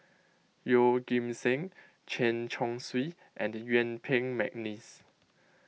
Yeoh Ghim Seng Chen Chong Swee and Yuen Peng McNeice